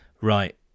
right